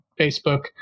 Facebook